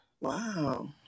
Wow